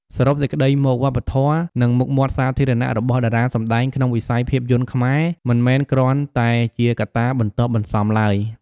សរុបសេចក្តីមក វប្បធម៌ និងមុខមាត់សាធារណៈរបស់តារាសម្ដែងក្នុងវិស័យភាពយន្តខ្មែរ មិនមែនគ្រាន់តែជាកត្តាបន្ទាប់បន្សំឡើយ។